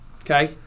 Okay